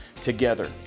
together